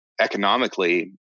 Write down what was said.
economically